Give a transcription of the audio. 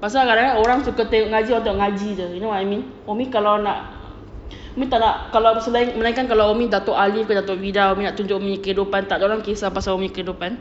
pasal kadang-kadang orang suka tengok ngaji tengok ngaji jer you know what I mean umi kalau nak umi tak nak kalau selain melainkan kalau umi dato aliff ke dato vida nak tunjuk kehidupan takde orang kisah pasal umi kehidupan